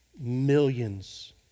millions